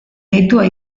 deitua